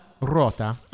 Rota